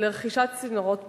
לרכישת צינורות פלדה.